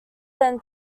than